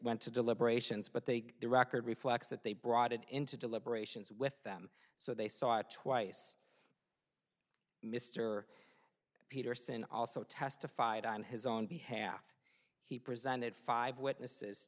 want to deliberations but they the record reflects that they brought it into deliberations with them so they saw it twice mr peterson also testified on his own behalf he presented five witnesses